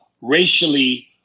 racially